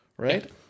Right